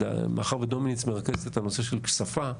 מאחר ודומיניץ מרכזת את הנושא של שפה,